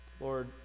Lord